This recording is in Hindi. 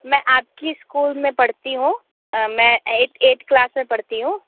मैं आपकी स्कूल में पढ़ती हूँ मैं एट्थ क्लास में पढ़ती हूँ